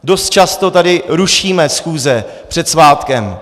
Dost často tady rušíme schůze před svátkem.